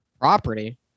property